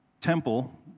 temple